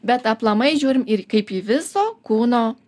bet aplamai žiūrim ir kaip į viso kūno